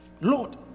Lord